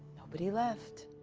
nobody left.